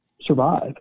survive